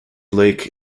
lake